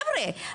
חבר'ה.